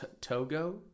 Togo